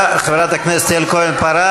תודה, חברת הכנסת יעל כהן-פארן.